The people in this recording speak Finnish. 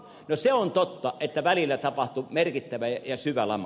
no se on totta että välillä tapahtui merkittävä ja syvä lama